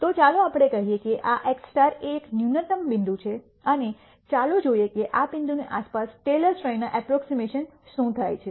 તો ચાલો આપણે કહીએ કે આ x એ ન્યૂનતમ બિંદુ છે અને ચાલો જોઈએ કે આ બિંદુની આસપાસ ટેલર શ્રેણીના અપ્પ્રોક્ઝીમશન શું થાય છે